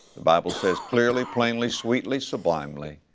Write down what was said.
the bible says clearly, plainly, sweetly, sublimly,